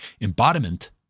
embodiment